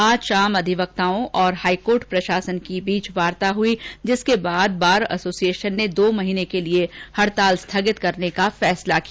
आज शाम अधिवक्ताओं और हाईकोर्ट प्रशासन के बीच वार्ता हुई जिसके बाद बार एसोसिएशन ने दो माह के लिए हड़ताल स्थगित करने का फैसला किया